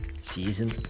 season